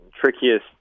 trickiest